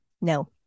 No